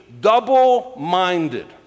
double-minded